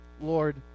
Lord